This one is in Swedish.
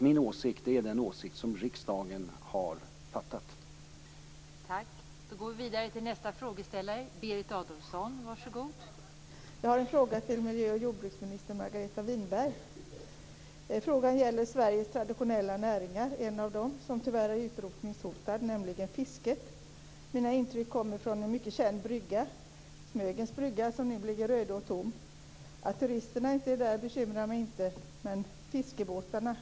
Min åsikt är den åsikt som riksdagen har gett uttryck för i sitt beslut.